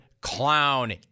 clown